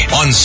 on